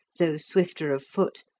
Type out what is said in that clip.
though swifter of foot,